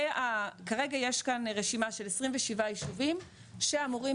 כרגע יש כאן רשימה של 27 ישובים שאמורים